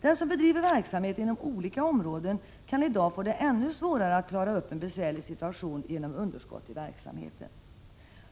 Den som bedriver verksamhet inom olika områden kan i dag få det ännu svårare än tidigare att klara upp en besvärlig situation genom underskott i verksamheten.